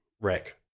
wreck